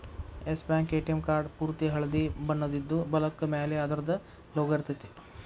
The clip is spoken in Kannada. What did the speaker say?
ಎಸ್ ಬ್ಯಾಂಕ್ ಎ.ಟಿ.ಎಂ ಕಾರ್ಡ್ ಪೂರ್ತಿ ಹಳ್ದಿ ಬಣ್ಣದಿದ್ದು, ಬಲಕ್ಕ ಮ್ಯಾಲೆ ಅದರ್ದ್ ಲೊಗೊ ಇರ್ತೆತಿ